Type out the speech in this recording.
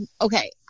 okay